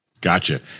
Gotcha